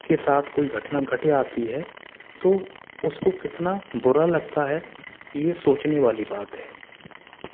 के साथ कोई घटना घट जाती तो उस को कितना बुरा लगता है ये सोचने वाली बात है